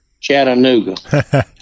Chattanooga